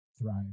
thrive